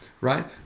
Right